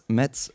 met